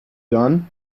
done